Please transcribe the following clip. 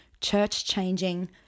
church-changing